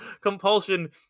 compulsion